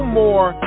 more